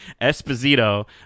Esposito